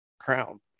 crown